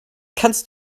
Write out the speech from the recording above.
kannst